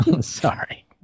sorry